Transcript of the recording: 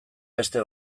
beste